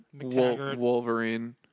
Wolverine